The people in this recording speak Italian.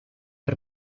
per